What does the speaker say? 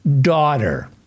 daughter